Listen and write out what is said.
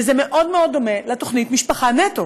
וזה מאוד מאוד דומה לתוכנית "משפחה נטו".